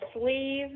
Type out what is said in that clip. sleeve